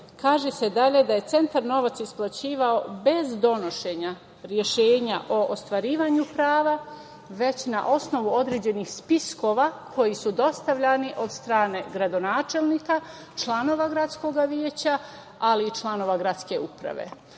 Kaže se dalje da je centar novac isplaćivao bez donošenja rešenja o ostvarivanju prava, već na osnovu određenih spiskova koji su dostavljani od strane gradonačelnika, članova gradskog veća, ali i članova gradske uprave.